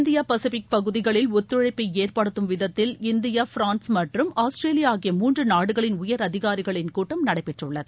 India Pacific பகுதிகளில் ஒத்துழைப்பை ஏற்படுத்தும் விதத்தில் இந்தியா பிரான்ஸ் மற்றும் ஆஸ்திரேலியா ஆகிய மூன்று நாடுகளின் உயர் அதிகாரிகளின் கூட்டம் நடைபெற்றுள்ளது